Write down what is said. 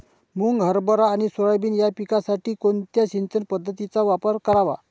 मुग, हरभरा आणि सोयाबीन या पिकासाठी कोणत्या सिंचन पद्धतीचा वापर करावा?